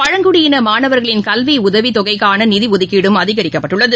பழங்குடியின மாணவர்களின் கல்வி உதவித்தொகைக்கான நிதி ஒதுக்கீடும் அதிகரிக்கப்பட்டுள்ளது